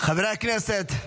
חברי הכנסת,